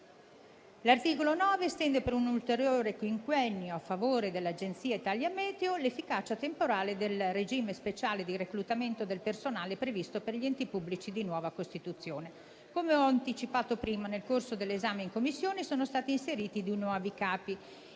L'articolo 9 estende per un ulteriore quinquennio a favore dell'Agenzia per la meteorologia e climatologia ItaliaMeteo l'efficacia temporale del regime speciale di reclutamento del personale previsto per gli enti pubblici di nuova costituzione. Come ho anticipato prima, nel corso dell'esame in Commissione sono stati inseriti due nuovi capi: